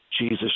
Jesus